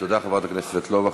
תודה, חברת הכנסת סבטלובה.